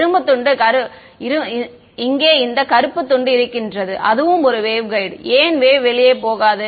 இங்கே இந்த கருப்பு துண்டு இருக்கின்றது அதுவும் ஒரு வேவ்கைடு ஏன் வேவ் வெளியே போகாது